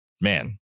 man